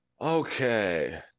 Okay